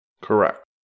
Correct